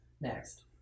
next